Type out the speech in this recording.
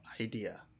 idea